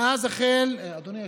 מאז החל, אדוני היושב-ראש,